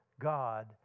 God